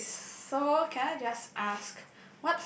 okay so can I just ask